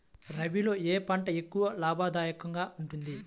రబీలో ఏ పంట ఎక్కువ లాభదాయకంగా ఉంటుంది?